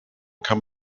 kann